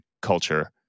culture